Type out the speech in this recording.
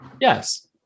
Yes